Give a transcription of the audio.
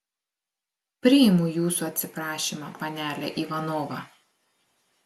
priimu jūsų atsiprašymą panele ivanova